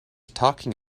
talking